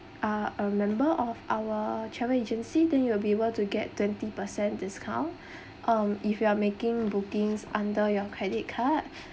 are a member of our travel agency then you will be able to get twenty percent discount um if you are making bookings under your credit card